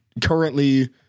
currently